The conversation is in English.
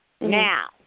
Now